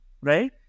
right